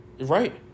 Right